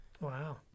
Wow